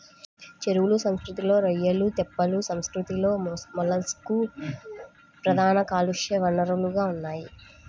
చెరువుల సంస్కృతిలో రొయ్యలు, తెప్పల సంస్కృతిలో మొలస్క్లు ప్రధాన కాలుష్య వనరులుగా ఉన్నాయి